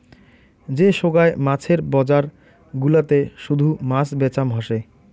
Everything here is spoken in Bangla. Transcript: যে সোগায় মাছের বজার গুলাতে শুধু মাছ বেচাম হসে